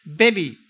baby